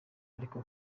ariko